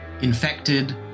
infected